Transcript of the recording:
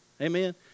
amen